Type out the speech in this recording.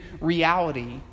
reality